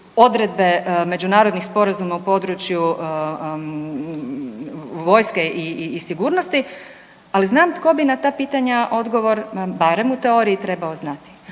odredbe međunarodnih sporazuma u području vojske i sigurnosti, ali znam tko bi na ta pitanja odgovor, barem u teoriji trebao znati.